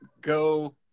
go